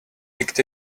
picked